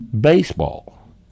Baseball